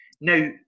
Now